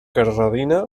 carrabina